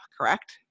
correct